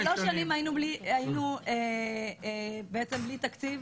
שלוש שנים היינו בלי תקציב.